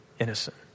innocent